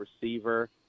receiver